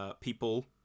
People